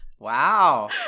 Wow